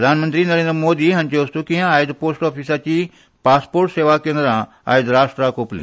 प्रधानमंत्री नरेंद्र मोदी हांचे हस्तुकी आयज पॉस्ट ऑफीसाची पासपोर्ट सेवा केंद्रा आयज राष्ट्राक ओपली